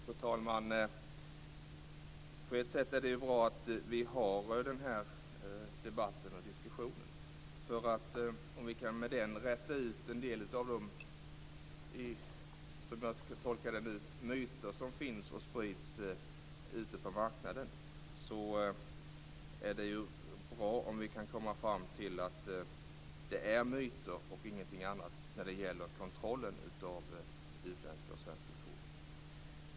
Fru talman! På ett sätt är det bra att vi har denna debatt och diskussion. Om vi med den kan rätta till en del av de myter som finns och sprids ute på marknaden - jag tolkar det så - är det bra. Det är bra om vi kan komma fram till att det är myter och ingeting annat när det gäller kontrollen av utländska och svenska fordon.